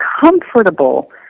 comfortable